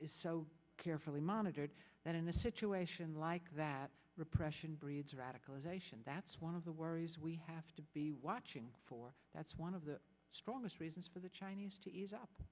is so carefully monitored that in a situation like that repression breeds radicalization that's one of the worries we have to be watching for that's one of the strongest reasons for the chinese to ease up